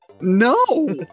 No